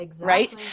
Right